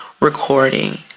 recording